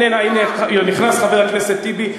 הנה, נכנס חבר הכנסת טיבי.